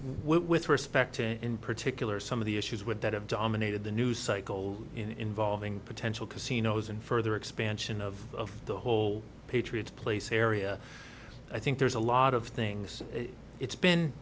with respect to in particular some of the issues with that have dominated the news cycle in involving potential casinos and further expansion of the whole patriot place area i think there's a lot of things it's been